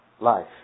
life